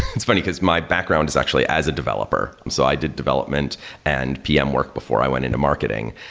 it's funny, because my background is actually as a developer. so i did development and pm work before i went into marketing.